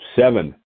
Seven